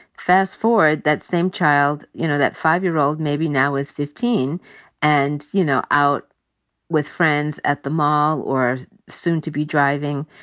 fast forward, that same child, you know, that five-year-old maybe now is fifteen and, you know, out with friends at the mall or soon to be driving.